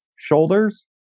shoulders